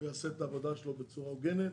הוא יעשה את העבודה שלו בצורה הוגנת,